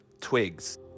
twigs